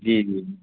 جی جی